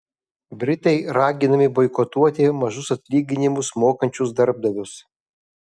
britai raginami boikotuoti mažus atlyginimus mokančius darbdavius